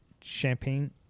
Champagne